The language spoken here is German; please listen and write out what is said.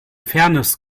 fairness